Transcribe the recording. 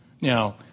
Now